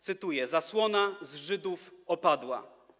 Cytuję: zasłona z Żydów opadła.